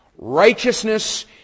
Righteousness